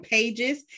Pages